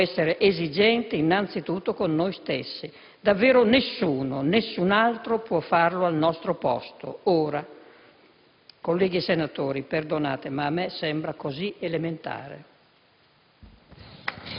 dobbiamo essere esigenti innanzitutto con noi stessi; davvero nessuno, nessun altro può farlo al nostro posto, ora. Colleghi senatori, perdonate, ma a me sembra così elementare.